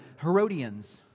Herodians